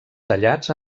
tallats